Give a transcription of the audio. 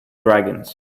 dragons